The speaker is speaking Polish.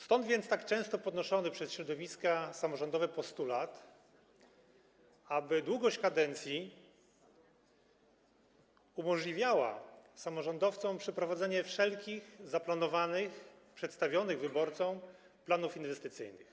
Stąd więc tak często podnoszony przez środowiska samorządowe postulat, aby długość kadencji umożliwiała samorządowcom przeprowadzenie wszelkich zaplanowanych, przedstawionych wyborcom planów inwestycyjnych.